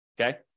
okay